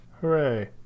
Hooray